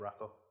Rocco